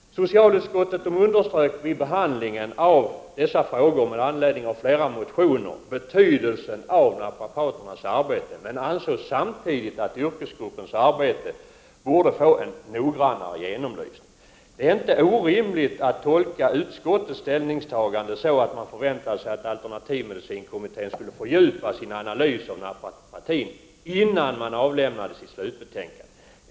Socialutskottet underströk vid sin behandling av dessa frågor, vilken föranleddes av att flera motioner hade väckts, betydelsen av naprapaternas arbete. Men samtidigt ansåg man att yrkesgruppens arbete borde få en noggrannare genomlysning. Det är inte orimligt att tolka utskottets ställningstagande så, att man förväntade sig att alternativmedicinkommittén skulle fördjupa sin analys av naprapatin innan man avlämnade sitt slutbetänkande.